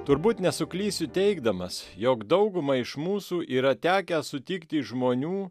turbūt nesuklysiu teigdamas jog daugumai iš mūsų yra tekę sutikti žmonių